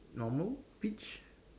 normal peach